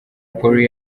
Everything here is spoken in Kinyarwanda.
polly